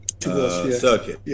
circuit